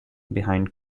behind